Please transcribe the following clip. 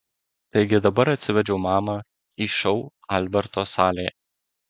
taigi dabar atsivedžiau mamą į šou alberto salėje